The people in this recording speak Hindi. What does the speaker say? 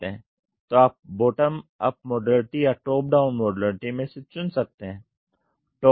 तो आप बॉटम अप मॉड्युलरिटी या टॉप डाउन मॉड्युलैरिटी में से चुन सकते हैं